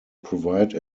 provide